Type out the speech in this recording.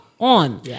On